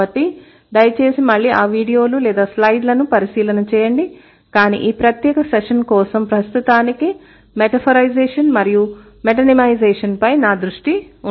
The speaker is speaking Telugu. కాబట్టి దయచేసి మళ్లీ ఆ వీడియోలు లేదా స్లైడ్లను పరిశీలన చేయండి కానీ ఈ ప్రత్యేక సెషన్ కోసం ప్రస్తుతానికి మెటాఫోరైజేషన్ మరియు మెటోనిమైజేషన్పై నా దృష్టి ఉంటుంది